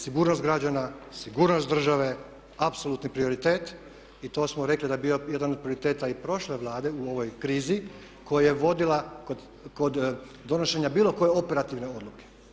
Sigurnost građana, sigurnost države apsolutni prioritet i to smo rekli da je bio jedan od prioriteta i prošle Vlade u ovoj krizi koju je vodila kod donošenja bilo koje operativne odluke.